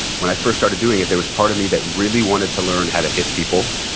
when i first started doing it, there was part of me that really wanted to learn how to hit people,